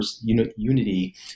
unity